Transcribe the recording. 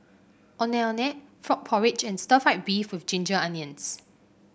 Ondeh Ondeh Frog Porridge and Stir Fried Beef with Ginger Onions